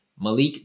Malik